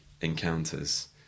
encounters